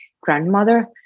grandmother